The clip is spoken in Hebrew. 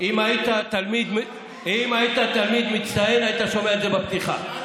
אם היית תלמיד מצטיין, היית שומע את זה בפתיחה.